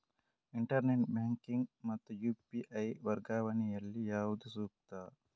Internet banking ಮತ್ತು UPI ವರ್ಗಾವಣೆ ಯಲ್ಲಿ ಯಾವುದು ಸೂಕ್ತ?